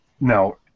now